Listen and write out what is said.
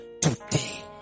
today